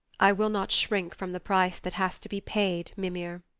i will not shrink from the price that has to be paid, mimir,